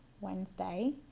Wednesday